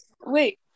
Wait